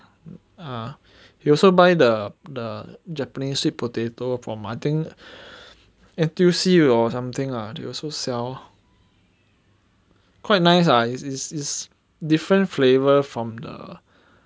ah he also buy the the japanese sweet potato from I think N_T_U_C or something lah they also sell quite nice ah is is is different flavour from the